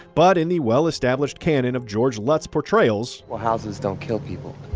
but in the well-established canon of george lutz' portrayals, well, houses don't kill people.